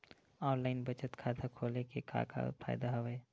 online बचत खाता खोले के का का फ़ायदा हवय